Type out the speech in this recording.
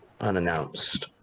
unannounced